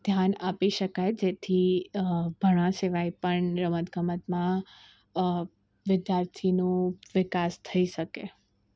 ધ્યાન આપી શકાય જેથી ભણવા સિવાય પણ રમત ગમતમાં વિદ્યાર્થીનો વિકાસ થઇ શકે